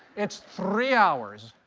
it's three hours.